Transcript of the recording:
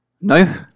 No